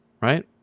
Right